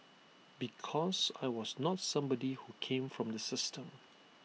because I was not somebody who came from the system